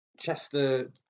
Chester